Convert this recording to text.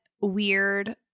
weird